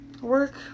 work